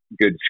good